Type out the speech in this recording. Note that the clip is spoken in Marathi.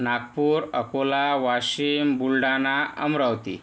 नागपूर अकोला वाशिम बुलढाणा अमरावती